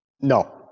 No